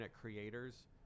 creators